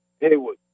Haywood